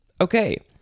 Okay